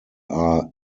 are